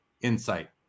insight